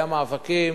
היו מאבקים,